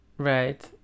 Right